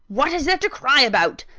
what is there to cry about?